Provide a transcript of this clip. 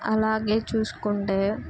అలాగే చూసుకుంటే